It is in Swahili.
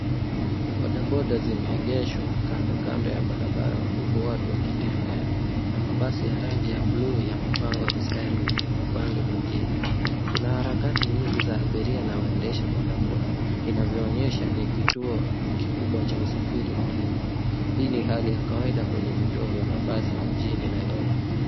Bodaboda zimeegeshwa kando kando ya barabara huku watu wakitembea na mabasi ya rangi ya bluu yamepanga mstari upande mwingine. Kuna harakati nyingi za abiria na waendesha bodaboda, inavyoonyesha ni kituo kikubwa cha usafiri mjini. Hii ni hali ya kawaida kwenye vituo vya mabasi mjini Nairobi.